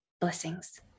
blessings